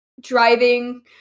driving